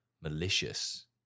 malicious